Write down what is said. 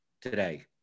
today